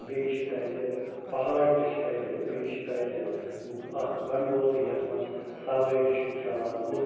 بیٚیہِ چھِ تَتہِ پہاڑ تہِ چھِ تَتہِ بیٚیہِ چھِ تَتہِ اَکھ گَنڈولہٕ یَتھ منٛز سوٲرۍ چھِ کھٮ۪وان لُکھ